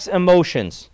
emotions